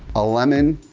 a lemon,